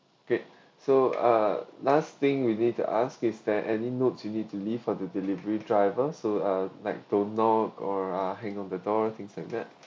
great so uh last thing we need to ask is there any notes you need to leave for the delivery driver so uh like don't knock or ah hang on the door things like that